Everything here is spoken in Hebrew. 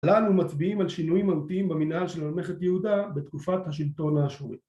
‫לנו מצביעים על שינויים מהותיים ‫במנהל של ממלכת יהודה ‫בתקופת השלטון האשורי.